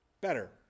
better